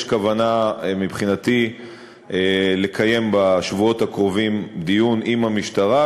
יש כוונה מבחינתי לקיים בשבועות הקרובים דיון עם המשטרה,